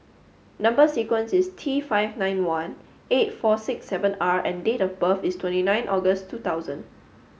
number sequence is T five nine one eight four six seven R and date of birth is twenty nine August two thousand